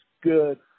good